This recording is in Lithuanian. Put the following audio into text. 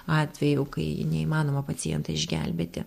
atvejų kai neįmanoma pacientą išgelbėti